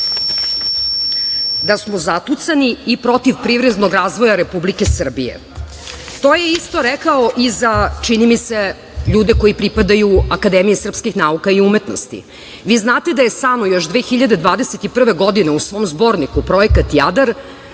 da smo zatucani i protiv privrednog razvoja Republike Srbije. To je isto rekao i za, čini mi se, ljude koji pripadaju Akademiji srpskih nauka i umetnosti. Vi znate da je samo još 2021. godine u svom Zborniku "Projekat Jadar"